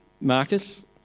Marcus